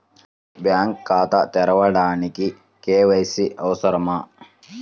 Bank ఖాతా తెరవడానికి KYC అవసరమా?